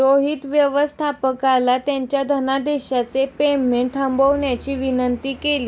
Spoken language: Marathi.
रोहित व्यवस्थापकाला त्याच्या धनादेशचे पेमेंट थांबवण्याची विनंती केली